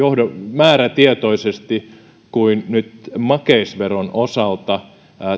määrätietoisesti kuin nyt makeisveron osalta